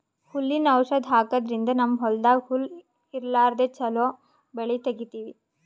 ಹುಲ್ಲಿನ್ ಔಷಧ್ ಹಾಕದ್ರಿಂದ್ ನಮ್ಮ್ ಹೊಲ್ದಾಗ್ ಹುಲ್ಲ್ ಇರ್ಲಾರ್ದೆ ಚೊಲೋ ಬೆಳಿ ತೆಗೀತೀವಿ